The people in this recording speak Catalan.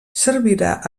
servirà